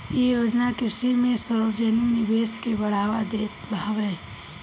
इ योजना कृषि में सार्वजानिक निवेश के बढ़ावा देत हवे